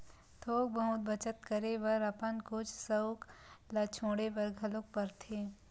थोक बहुत बचत करे बर अपन कुछ सउख ल छोड़े बर घलोक परथे